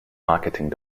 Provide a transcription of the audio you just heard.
marketing